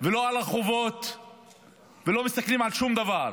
ולא על החובות ולא מסתכלים על שום דבר.